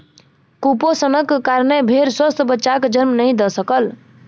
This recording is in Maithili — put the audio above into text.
कुपोषणक कारणेँ भेड़ स्वस्थ बच्चाक जन्म नहीं दय सकल